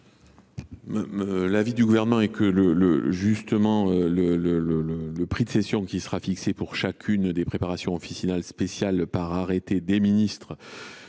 l’avis du Gouvernement ? Le prix de cession qui sera fixé pour chacune des préparations officinales spéciales par arrêté des ministres